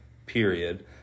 period